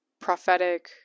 prophetic